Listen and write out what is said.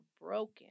broken